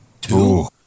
two